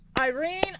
Irene